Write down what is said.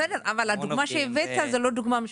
בסדר, אבל הדוגמה שנתת היא לא דוגמה משכנעת.